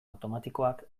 automatikoak